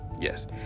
yes